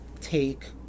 take